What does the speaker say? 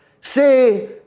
say